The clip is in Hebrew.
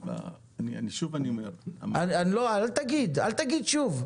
שוב אני אומר --- לא, אל תגיד "שוב".